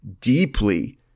deeply